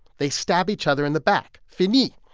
they stab each other in the back fini.